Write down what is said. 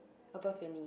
above your knee